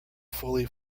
fully